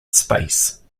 space